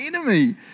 enemy